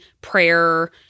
prayer